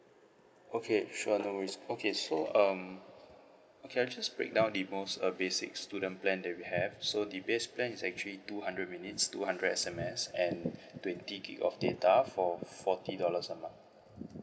okay sure no worries okay so um okay I'll just break down the most uh basic student plan that we have so the base plan is actually two hundred minutes two hundred S_M_S and twenty gig of data for forty dollars a month